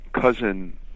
cousin